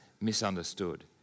misunderstood